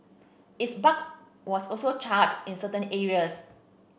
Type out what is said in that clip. its bark was also charred in certain areas